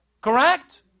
Correct